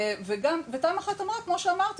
תמ"א1 אמרה כמו שאמרת,